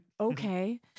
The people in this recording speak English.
Okay